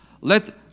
Let